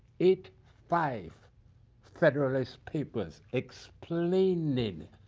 eight five federalist papers explaining